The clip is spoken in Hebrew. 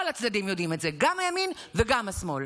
כל הצדדים יודעים את זה, גם הימין וגם השמאל.